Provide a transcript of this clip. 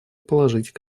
положить